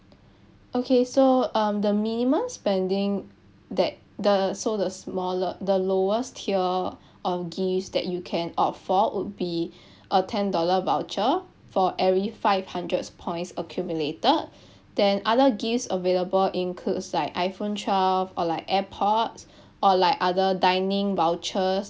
okay so um the minimum spending that the so the smaller the lowest tier of gifts that you can opt for would be a ten dollar voucher for every five hundreds points accumulated then other gifts available includes like iphone twelve or like airpods or like other dining vouchers